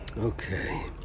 Okay